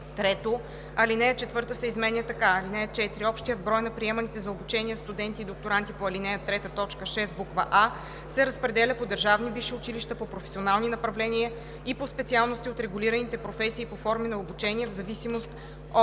1“; 3. Алинея 4 се изменя така: „(4) Общият брой на приеманите за обучение студенти и докторанти по ал. 3, т. 6, буква „а“ се разпределя по държавни висши училища, по професионални направления и по специалности от регулираните професии и по форми на обучение в зависимост от: